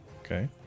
Okay